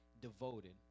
devoted